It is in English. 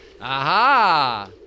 Aha